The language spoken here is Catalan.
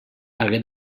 hagué